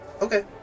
Okay